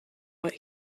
what